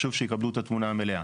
חשוב שיקבלו את התמונה המלאה.